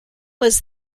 was